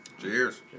Cheers